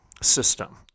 system